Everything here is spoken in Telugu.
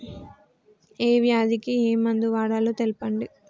ఏ వ్యాధి కి ఏ మందు వాడాలో తెల్పండి?